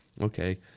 Okay